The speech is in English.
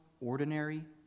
ordinary